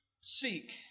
seek